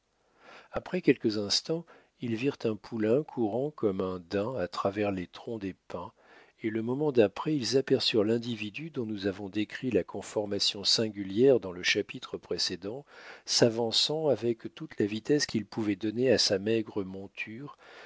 après quelques instants ils virent un poulain courant comme un daim à travers les troncs des pins et le moment d'après ils aperçurent l'individu dont nous avons décrit la conformation singulière dans le chapitre précédent s'avançant avec toute la vitesse qu'il pouvait donner à sa maigre monture